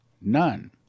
none